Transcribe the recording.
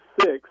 six